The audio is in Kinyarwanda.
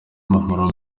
impumuro